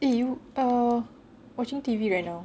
eh you're watching T_V right now